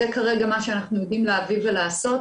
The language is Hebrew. זה כרגע מה שאנחנו יודעים להביא ולעשות,